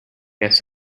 yes